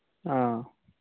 ꯑꯥ